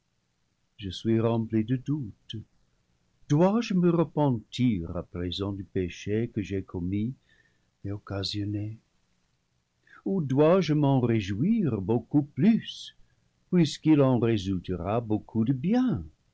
je suis rempli de doute dois-je me repentir à présent du péché que j'ai commis et occasionné ou dois-je m'en ré jouir beaucoup plus puisqu'il en résultera beaucoup de bien